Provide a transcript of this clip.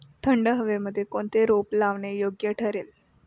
थंड हवेमध्ये कोणते रोप लावणे योग्य ठरेल?